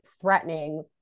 threatening